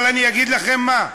אבל אני אגיד לכם מה.